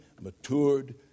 matured